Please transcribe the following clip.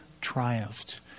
triumphed